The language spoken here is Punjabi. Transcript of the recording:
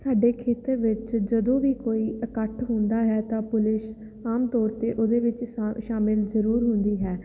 ਸਾਡੇ ਖੇਤਰ ਵਿੱਚ ਜਦੋਂ ਵੀ ਕੋਈ ਇਕੱਠ ਹੁੰਦਾ ਹੈ ਤਾਂ ਪੁਲਿਸ ਆਮ ਤੌਰ 'ਤੇ ਉਹਦੇ ਵਿੱਚ ਸਾ ਸ਼ਾਮਿਲ ਜ਼ਰੂਰ ਹੁੰਦੀ ਹੈ